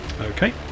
Okay